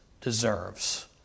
deserves